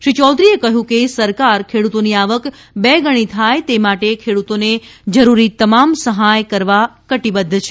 શ્રી યૌધરીએ કહ્યું કે સરકાર ખેડૂતોની આવક બે ગણી થાય તે માટે ખેડૂતોને જરૂરી તમામ સહાય આપવા કટિબદ્ધ છે